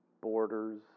borders